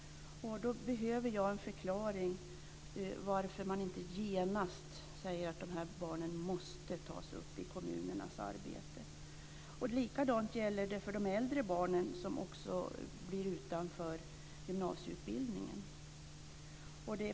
Jag behöver en förklaring till att man inte genast säger att dessa barn måste tas upp i kommunernas arbete. Detsamma gäller de äldre barnen, som står utanför gymnasieutbildningen.